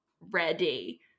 ready